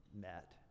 met